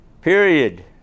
period